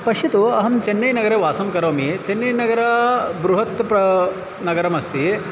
पश्यतु अहं चेन्नैनगरे वासं करोमि चेन्नैनगरं बृहत् प्र नगरमस्ति